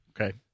Okay